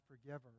forgiver